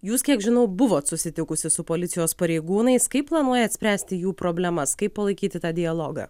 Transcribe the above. jūs kiek žinau buvot susitikusi su policijos pareigūnais kaip planuojat spręsti jų problemas kaip palaikyti tą dialogą